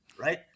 right